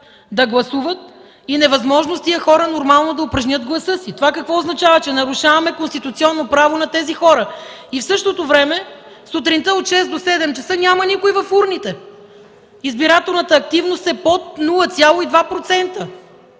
да гласуват и невъзможност тези хора нормално да упражнят гласа си. Това какво означава – че нарушаваме конституционно право на тези хора? В същото време сутринта от шест до седем часа няма никой в урните – избирателната активност е под 0,2%.